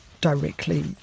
directly